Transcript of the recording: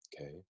okay